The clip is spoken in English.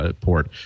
port